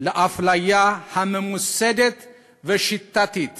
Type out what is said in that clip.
לאפליה הממוסדת והשיטתית